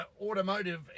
automotive